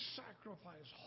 sacrifice